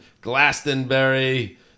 Glastonbury